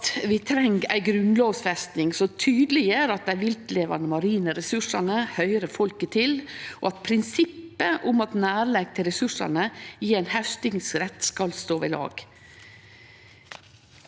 vi treng ei grunnlovfesting som tydeleggjer at dei viltlevande marine ressursane høyrer folket til, og at prinsippet om at nærleik til ressursane gjev haustingsrett, skal stå ved lag.